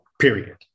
Period